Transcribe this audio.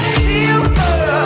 silver